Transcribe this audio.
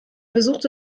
besuchte